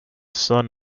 son